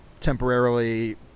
temporarily